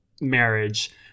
marriage